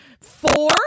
Four